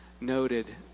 noted